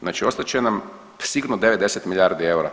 Znači ostat će nam sigurno 9, 10 milijardi eura.